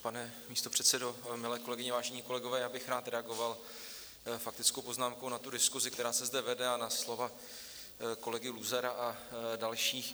Pane místopředsedo, milé kolegyně, vážení kolegové, já bych rád reagoval faktickou poznámkou na diskusi, která se zde vede, a na slova kolegy Luzara a dalších.